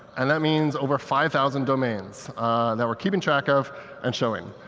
and that means over five thousand domains that we're keeping track of and showing.